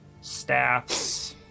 Staffs